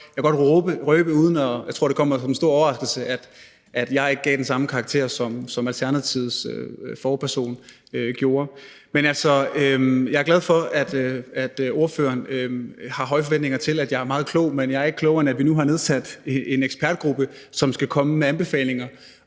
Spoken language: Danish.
jeg kan godt røbe, uden at jeg tror, at det kommer som en stor overraskelse, at jeg ikke gav den samme karakter, som Alternativets forperson gjorde. Men jeg er glad for, at ordføreren har høje forventninger til, at jeg er meget klog, men jeg er ikke klogere, end at jeg kan sige, at vi nu har nedsat en ekspertgruppe, som skal komme med anbefalinger.